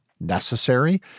necessary